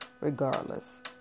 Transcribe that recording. Regardless